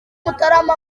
mutarama